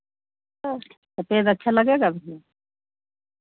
सफ़ेद अच्छा लगेगा भैया